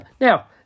Now